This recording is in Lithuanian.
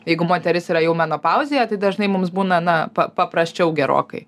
jeigu moteris yra jau menopauzėje tai dažnai mums būna na pa paprasčiau gerokai